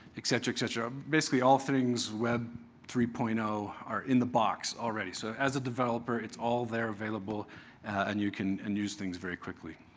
etc, etc. basically all things web three point zero are in the box already. so as a developer it's all there available and you can and use things very quickly.